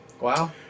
Wow